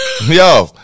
Yo